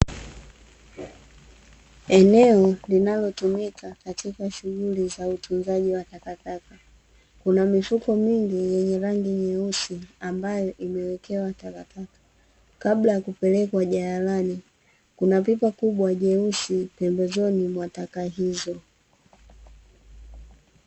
Eneo linalotumika katika shughuli ya utunzaji wa takataka, kuna mifuko mingi yenye rangi nyeusi ambayo imewekewa takataka, kabla ya kupelekwa jalalani. Kuna pipa kubwa jeusi pembezoni mwa taka hizo.